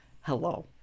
Hello